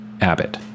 abbott